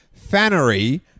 Fannery